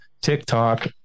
TikTok